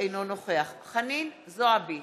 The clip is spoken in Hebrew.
אינו נוכח חנין זועבי,